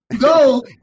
go